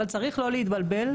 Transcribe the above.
אבל צריך לא להתבלבל.